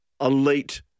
elite